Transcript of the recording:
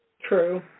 true